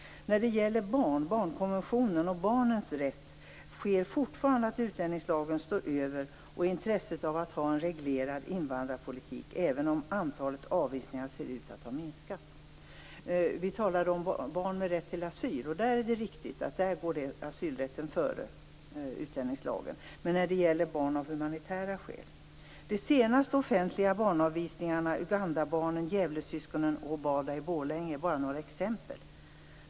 När det gäller barnkonventionen och barnens rätt sker det fortfarande att utlänningslagen och intresset av att ha en reglerad invandrarpolitik står över dessa, även om antalet avvisningar ser ut att ha minskat. När vi talar om barn med rätt till asyl är det riktigt att asylrätten går före utlänningslagen. Men hur är det med barn som har humanitära skäl? De senaste offentliga barnavvisningarna - Ugandabarnen, Gävlesyskonen och Obada i Borlänge - är bara några exempel.